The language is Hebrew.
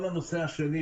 שנית,